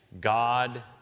God